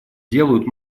делают